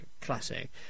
classic